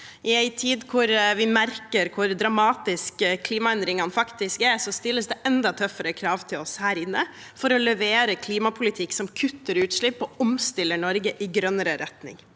I en tid da vi merker hvor dramatiske klimaendringene faktisk er, stilles det enda tøffere krav til oss her inne for å levere klimapolitikk som kutter utslipp og omstiller Norge i grønnere retning.